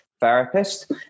therapist